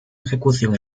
ejecución